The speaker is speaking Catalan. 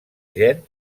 gen